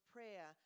Prayer